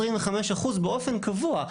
25 אחוזים באופן קבוע.